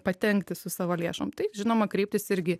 patengti su savo lėšom tai žinoma kreiptis irgi